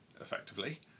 Effectively